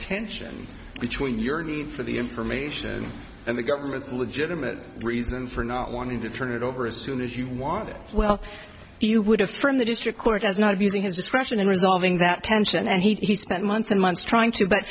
tension between your need for the information and the government's legitimate reason for not wanting to turn it over as soon as you want it well you would have from the district court as not abusing his discretion in resolving that tension and he spent months and months trying to but